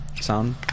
sound